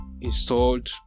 installed